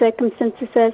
circumstances